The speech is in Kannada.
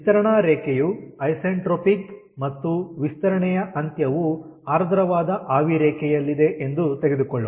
ವಿಸ್ತರಣಾ ರೇಖೆಯು ಐಸೆಂಟ್ರೊಪಿಕ್ ಮತ್ತು ವಿಸ್ತರಣೆಯ ಅಂತ್ಯವು ಆರ್ದ್ರವಾದ ಆವಿ ರೇಖೆಯಲ್ಲಿದೆ ಎಂದು ತೆಗೆದುಕೊಳ್ಳೋಣ